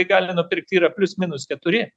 gali nupirkt yra plius minus keturi